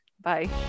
Bye